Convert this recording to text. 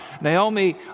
Naomi